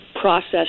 process